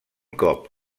cop